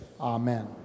amen